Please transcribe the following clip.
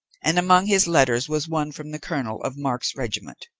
and among his letters was one from the colonel of mark's regiment